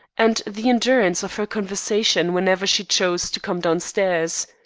and the endurance of her conversation whenever she chose to come downstairs.